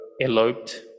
eloped